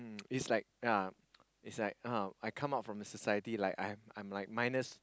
is like yeah is like uh I come out to the society like I'm I'm like minus